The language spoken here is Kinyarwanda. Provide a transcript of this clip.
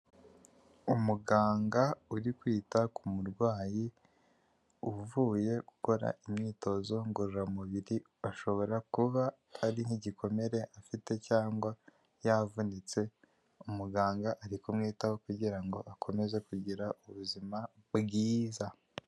Umuganga uri kwita ku murwayi uvuye gukora imyitozo ngororamubiri ashobora kuba ari nk'igikomere afite cyangwa yavunitse, umuganga ari kumwitaho kugira ngo akomeze kugira ubuzima bwiza.